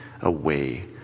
away